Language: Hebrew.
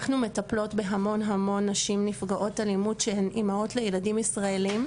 אנחנו מטפלות בהמון נשים נפגעות אלימות שהן אימהות לילדים ישראלים,